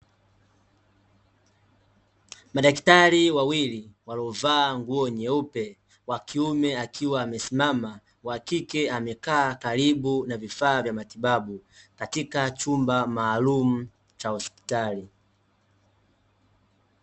Madaktari wawili, waliovaa nguo nyeupe , wakiume akiwa amesimama, wakike amekaa karibu na vifaa vya matibabu katika chumba maalumu, cha hospitali.